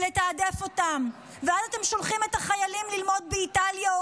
אז הם שולחים את החיילים ללמוד רפואה באיטליה או